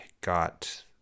got